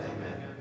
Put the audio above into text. Amen